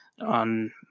on